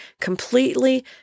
completely